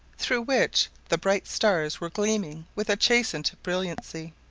through which the bright stars were gleaming with a chastened brilliancy.